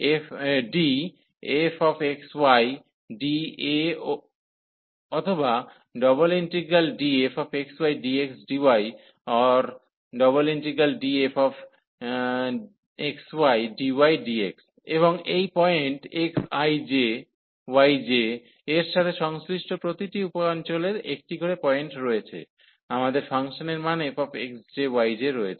∬DfxydAOR∬DfxydxdyOR∬Dfxydydx এবং এই point xj yj এর সাথে সংশ্লিষ্ট প্রতিটি উপ অঞ্চলে একটি করে পয়েন্ট রয়েছে আমাদের ফাংশনের মান fxj yj রয়েছে